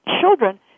children